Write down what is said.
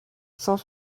cent